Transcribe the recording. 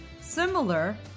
similar